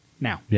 now